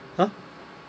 ha